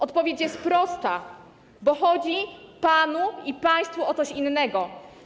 Odpowiedź jest prosta: bo chodzi panu i państwu o coś innego.